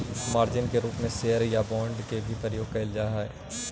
margin के रूप में शेयर या बांड के भी प्रयोग करल जा सकऽ हई